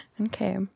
Okay